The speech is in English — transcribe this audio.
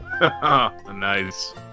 Nice